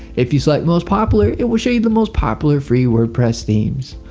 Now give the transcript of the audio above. if you select most popular, it will show you the most popular free wordpress themes.